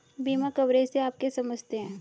बीमा कवरेज से आप क्या समझते हैं?